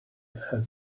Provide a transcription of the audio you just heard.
had